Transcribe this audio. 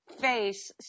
face